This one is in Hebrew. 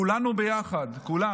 כולנו ביחד, כולם.